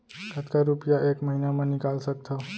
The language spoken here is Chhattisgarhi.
कतका रुपिया एक महीना म निकाल सकथव?